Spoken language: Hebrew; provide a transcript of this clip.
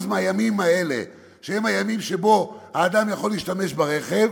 וכו' בכ-50% מהימים האלה שהם הימים שבהם האדם יכול להשתמש ברכב,